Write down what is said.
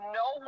no